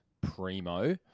primo